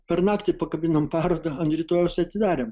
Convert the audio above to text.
per naktį pakabinom parodą ant rytojaus atidarėm